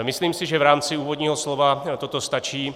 Myslím si, že v rámci úvodního slova toto stačí.